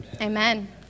amen